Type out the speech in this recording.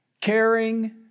caring